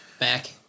Mac